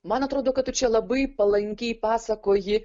man atrodo kad tu čia labai palankiai pasakoji